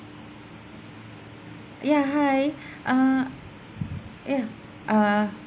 ya hi err ya uh